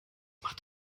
macht